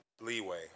leeway